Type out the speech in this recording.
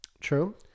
True